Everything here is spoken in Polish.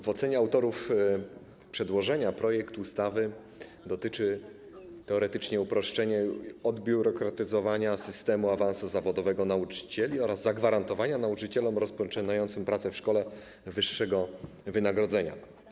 W ocenie autorów przedłożenia projekt ustawy dotyczy teoretycznie uproszczenia i odbiurokratyzowania systemu awansu zawodowego nauczycieli oraz zagwarantowania nauczycielom rozpoczynającym pracę w szkole wyższego wynagrodzenia.